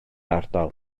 ardal